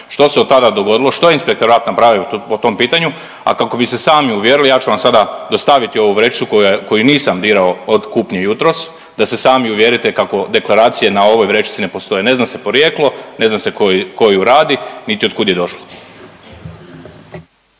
što se od tada dogodilo, što je Inspektorat napravio po tom pitanju, a kako bi se sami uvjerili ja ću vam sada dostaviti ovu vrećicu koju nisam dirao od kupnje jutros da se sami uvjerite kako deklaracije na ovoj vrećici ne postoje. Ne zna se porijeklo, ne zna se ko ju radi niti od kud je došlo.